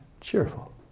cheerful